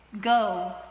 Go